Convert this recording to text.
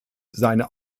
seine